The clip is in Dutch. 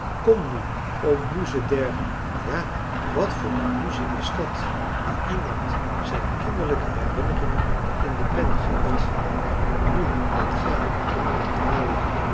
kom nu o muze der ja wat voor een muze is dat die iemand zijn kinderlijke herinneringen in de pen geeft nu dan gij